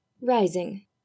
Rising